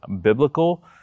biblical